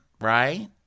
right